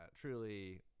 truly